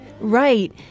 Right